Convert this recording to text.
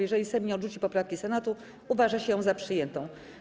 Jeżeli Sejm nie odrzuci poprawki Senatu, uważa się ją za przyjętą.